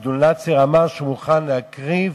עבד אל-נאצר אמר שהוא מוכן להקריב